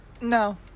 no